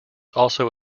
also